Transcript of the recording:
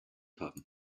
haben